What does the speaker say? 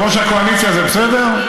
יושב-ראש הקואליציה, זה בסדר?